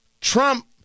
Trump